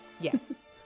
Yes